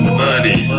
money